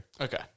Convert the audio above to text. Okay